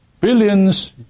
billions